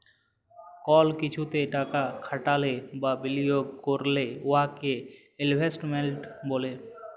call কিছুতে টাকা খাটাইলে বা বিলিয়গ ক্যইরলে উয়াকে ইলভেস্টমেল্ট ব্যলে